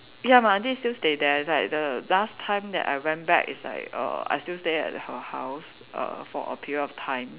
ya my aunty still stay there it's like the last time that I went back it's like I still stay at her house err for a period of time